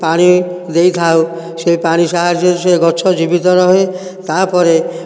ପାଣି ଦେଇଥାଉ ସେ ପାଣି ସାହାଯ୍ୟରେ ସେ ଗଛ ଜୀବିତ ରହେ ତାହା ପରେ